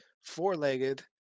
four-legged